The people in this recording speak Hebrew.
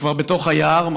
הוא כבר בתוך היער,